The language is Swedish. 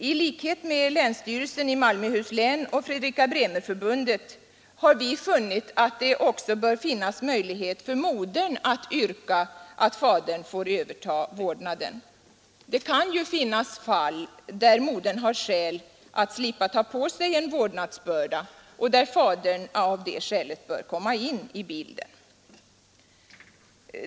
I likhet med länsstyrelsen i Malmöhus län och Fredrika Bremer-förbundet har vi funnit att det också bör finnas möjlighet för modern att yrka att fadern får överta vårdnaden. Det kan ju finnas fall där modern har skäl att slippa ta på sig en vårdnadsbörda och där fadern av det skälet bör komma in i bilden.